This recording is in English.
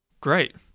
great